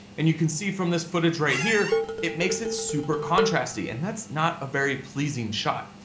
and you can see from this footage right here it makes it super contrast-y, and that's not a very pleasing shot.